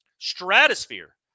stratosphere